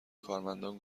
کارمندان